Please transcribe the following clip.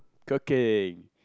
cooking